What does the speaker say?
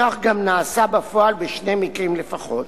כך גם נעשה בפועל בשני מקרים לפחות.